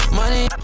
money